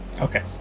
Okay